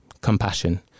compassion